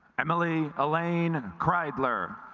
emily elaine cried ler